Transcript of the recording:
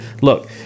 look